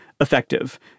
effective